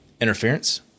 interference